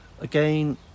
Again